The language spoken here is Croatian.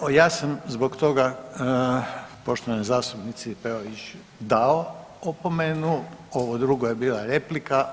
Dobro ja sam zbog toga poštovanoj zastupnici Peović dao opomenu, ovo drugo je bila replika.